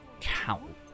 count